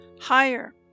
higher